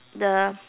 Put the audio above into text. the